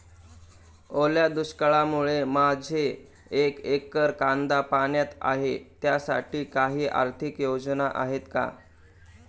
ओल्या दुष्काळामुळे माझे एक एकर कांदा पाण्यात आहे त्यासाठी काही आर्थिक योजना आहेत का?